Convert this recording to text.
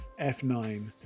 F9